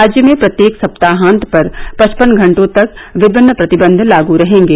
राज्य में प्रत्येक सप्ताहान्त पर पचपन घंटों तक विभिन्न प्रतिबन्ध लाग रहेंगे